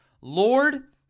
Lord